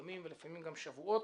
ימים ולפעמים גם שבועות.